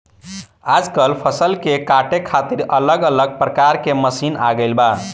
आजकल फसल के काटे खातिर अलग अलग प्रकार के मशीन आ गईल बा